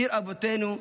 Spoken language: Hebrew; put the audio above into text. עיר אבותינו,